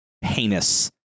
heinous